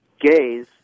gays